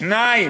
שניים.